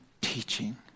teaching